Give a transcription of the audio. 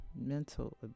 mental